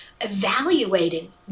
evaluating